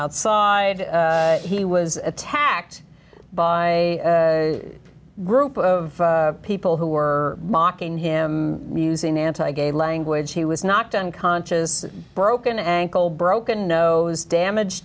outside he was attacked by a group of people who were mocking him using anti gay language he was knocked unconscious broken ankle broken nose damage